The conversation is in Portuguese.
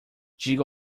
diga